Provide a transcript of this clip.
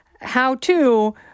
how-to